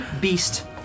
beast